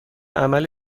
عمل